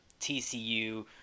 TCU